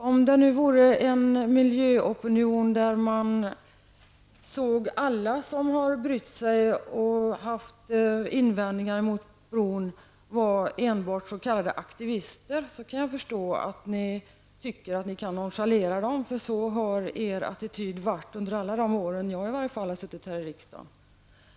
Om det nu vore en miljöopinion där alla som har brytt sig och haft invändningar mot bron vore s.k. aktivister kunde jag förstå att ni tycker att ni kan nonchalera dem, för så har er attityd varit i varje fall under alla de år som jag har suttit i riksdagen.